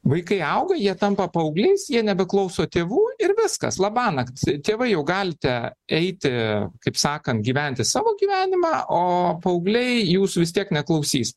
vaikai auga jie tampa paaugliais jie nebeklauso tėvų ir viskas labanakt tėvai jau galite eiti kaip sakant gyventi savo gyvenimą o paaugliai jūsų vis tiek neklausys